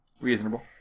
Reasonable